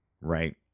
Right